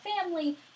family